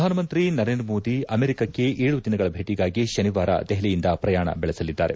ಪ್ರಧಾನಮಂತ್ರಿ ನರೇಂದ್ರ ಮೋದಿ ಅಮೆರಿಕಕ್ಕೆ ಏಳು ದಿನಗಳ ಭೇಟಗಾಗಿ ಶನಿವಾರ ದೆಹಲಿಯಿಂದ ಶ್ರಯಾಣ ಬೆಳಸಲಿದ್ದಾರೆ